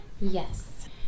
Yes